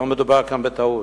לא מדובר כאן בטעות,